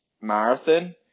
marathon